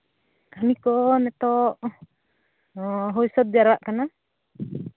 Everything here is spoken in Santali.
ᱠᱟᱹᱢᱤ ᱠᱚ ᱱᱤᱛᱚᱜ ᱦᱚᱸ ᱦᱩᱭ ᱥᱟᱹᱛ ᱡᱟᱣᱨᱟᱜ ᱠᱟᱱᱟ